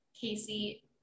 Casey